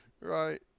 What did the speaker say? Right